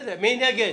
מי נגד?